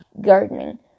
gardening